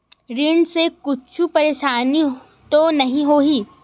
ऋण से कुछु परेशानी तो नहीं होही?